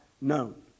known